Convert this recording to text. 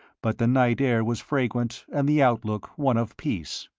but the night air was fragrant, and the outlook one of peace.